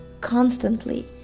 constantly